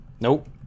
Nope